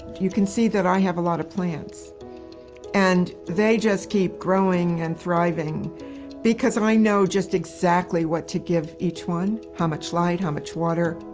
you can see that i have a lot of plants and they just keep growing and thriving because i know just exactly what to give each one, how much light how much water.